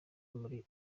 muri